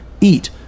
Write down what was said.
eat